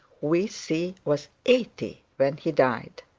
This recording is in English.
we see, was eighty when he died.